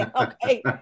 okay